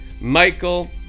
Michael